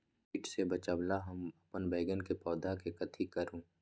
किट से बचावला हम अपन बैंगन के पौधा के कथी करू?